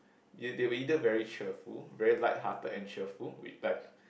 you they were either very cheerful very lighthearted and cheerful like